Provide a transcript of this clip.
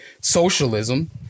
socialism